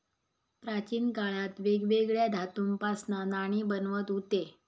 प्राचीन काळात वेगवेगळ्या धातूंपासना नाणी बनवत हुते